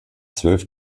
zwölf